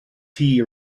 tea